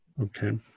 Okay